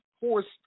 forced